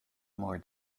more